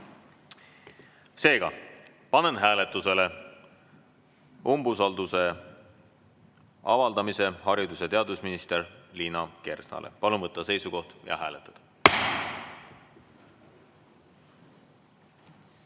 häält. Panen hääletusele umbusalduse avaldamise haridus- ja teadusminister Liina Kersnale. Palun võtta seisukoht ja hääletada!